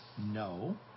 No